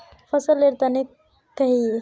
फसल लेर तने कहिए?